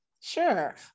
Sure